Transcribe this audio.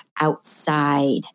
outside